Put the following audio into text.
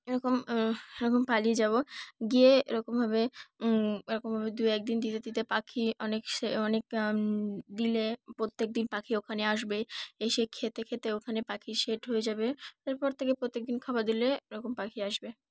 এরকম এরকম পালিয়ে যাবো গিয়ে এরকমভাবে এরকমভাবে দু একদিন দিতে দিতে পাখি অনেক সে অনেক দিলে প্রত্যেকদিন পাখি ওখানে আসবে এসে খেতে খেতে ওখানে পাখি সেট হয়ে যাবে তারপর থেকে প্রত্যেকদিন খাবার দিলে এরকম পাখি আসবে